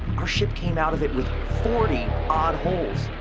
our ship came out of it with forty odd holes.